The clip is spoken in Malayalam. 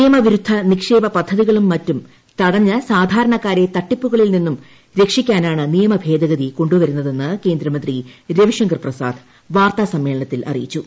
നിയമവിരുദ്ധ നിക്ഷേപ പദ്ധതികളും മറ്റും തടഞ്ഞ് സാധാരണക്കാരെ തട്ടിപ്പൂകളിൽ നിന്നും രക്ഷിക്കാനാണ് നിയമ ഭേദഗതി കൊണ്ടുവരുന്നതെന്ന് കേന്ദ്രമന്ത്രി രവിശങ്കർ പ്രസാദ് വാർത്താ സമ്മേളനത്തിൽ അറിയിച്ചു